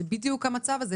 זה בדיוק המצב הזה.